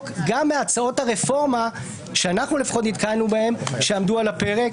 גם מהצעות הרפורמה שאנחנו נתקלנו בהן שעמדו על הפרק